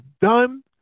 done